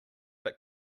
but